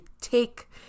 take